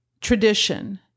tradition